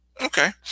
Okay